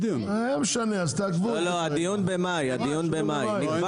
הדיון נקבע